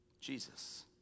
Jesus